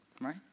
right